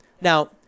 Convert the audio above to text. Now